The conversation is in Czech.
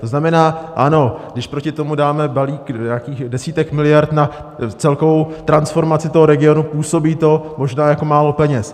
To znamená: ano, když proti tomu dáme balík nějakých desítek miliard na celkovou transformaci regionu, působí to možná jako málo peněz.